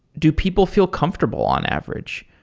do people feel comfortable on average?